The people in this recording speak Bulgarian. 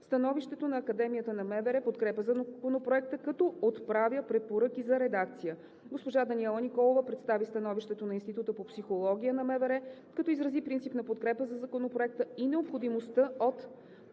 Становището на Академията на МВР подкрепя Законопроекта, като отправя препоръки за редакция. Госпожа Даниела Николова представи становището на Института по психология на МВР, като изрази принципната подкрепа за Законопроекта и необходимостта от